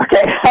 Okay